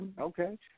Okay